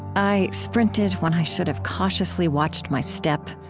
i sprinted when i should have cautiously watched my step,